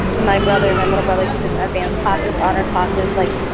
and my brother my little brother he's in advanced classes, honor classes. like,